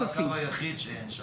זה לא הקו היחיד שאין שם.